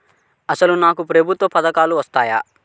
అసలు నాకు ప్రభుత్వ పథకాలు వర్తిస్తాయా?